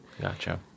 gotcha